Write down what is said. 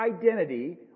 identity